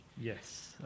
Yes